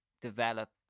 develop